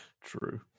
True